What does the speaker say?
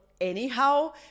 Anyhow